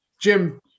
Jim